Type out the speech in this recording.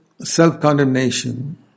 self-condemnation